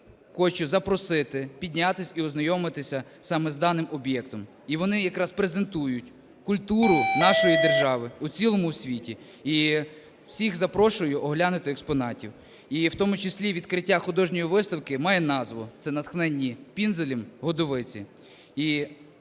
хочу запросити піднятися і ознайомитися саме з даним об'єктом. І вони якраз презентують культуру нашої держави у цілому світі. І всіх запрошую оглянути експонати. І в тому числі відкриття художньої виставки має назву – це "Натхненні Пінзелем в Годовиці".